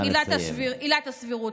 עילת הסבירות,